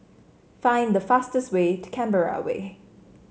find the fastest way to Canberra Way